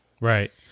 Right